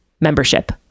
membership